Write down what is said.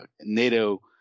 NATO